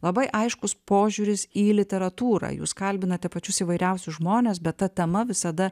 labai aiškus požiūris į literatūrą jūs kalbinate pačius įvairiausius žmones bet ta tema visada